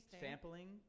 sampling